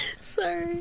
Sorry